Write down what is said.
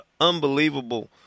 unbelievable